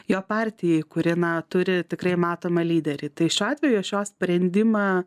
jo partijai kuri na turi tikrai matomą lyderį tai šiuo atveju aš jo sprendimą